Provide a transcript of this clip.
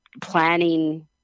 planning